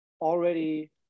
already